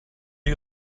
are